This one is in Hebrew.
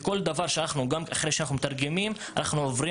ואנחנו עוברים